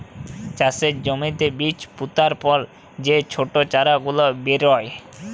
চাষের জ্যমিতে বীজ পুতার পর যে ছট চারা গুলা বেরয়